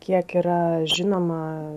kiek yra žinoma